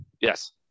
Yes